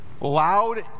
loud